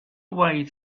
away